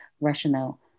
rational